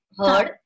heard